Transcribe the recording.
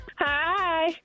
Hi